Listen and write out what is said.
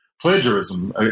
plagiarism